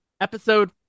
Episode